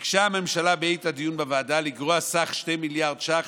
ביקשה הממשלה בעת הדיון בוועדה לגרוע סכום של 2 מיליארד ש"ח